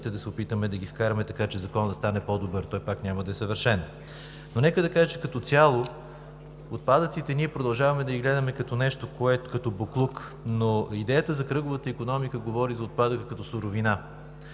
да се опитаме да ги вкараме, така че Законът да стане по-добър, той пак няма да е съвършен. Но нека да кажа, че като цяло на отпадъците продължаваме да гледаме като на боклук, но идеята за кръговата икономика е да се говори за отпадъка като суровина.